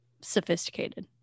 sophisticated